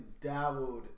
dabbled